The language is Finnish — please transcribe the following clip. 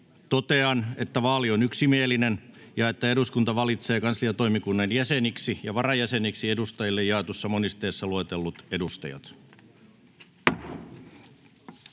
Totean, että vaali on yksimielinen ja että eduskunta valitsee kansliatoimikunnan jäseniksi ja varajäseniksi edustajille jaetussa monisteessa luetellut edustajat.